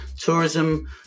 tourism